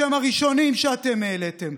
שהם הראשונים שאתם העליתם,